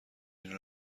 این